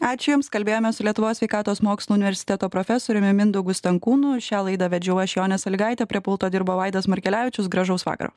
ačiū jums kalbėjome su lietuvos sveikatos mokslų universiteto profesoriumi mindaugu stankūnu šią laidą vedžiau aš jonė salygaitė prie pulto dirbo vaidas markelevičius gražaus vakaro